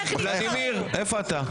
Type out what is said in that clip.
ולדימיר, איפה אתה?